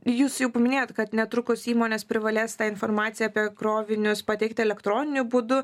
jūs jau paminėjote kad netrukus įmonės privalės tą informaciją apie krovinius pateikti elektroniniu būdu